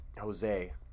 Jose